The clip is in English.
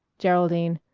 geraldine.